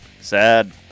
Sad